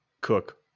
Cook